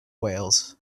wales